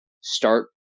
start